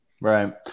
Right